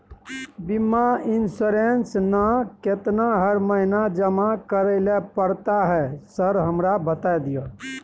बीमा इन्सुरेंस ना केतना हर महीना जमा करैले पड़ता है सर हमरा बता दिय?